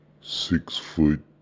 six-foot